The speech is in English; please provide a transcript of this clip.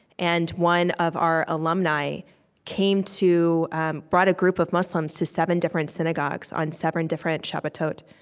and one of our alumni came to brought a group of muslims to seven different synagogues on seven different shabbatot,